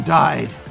died